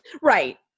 Right